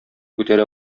күтәрә